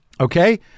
Okay